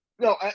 no